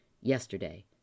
yesterday